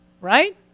right